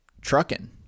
trucking